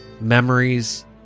Memories